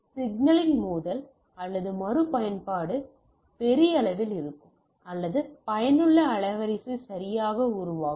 சிக்னலின் மோதல் அல்லது மறுபயன்பாடு பெரிய அளவில் இருக்கும் அல்லது பயனுள்ள அலைவரிசை சரியாக உருவாகும்